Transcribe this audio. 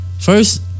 first